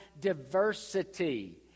diversity